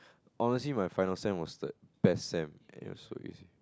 honestly my final sem was the best sem it was so easy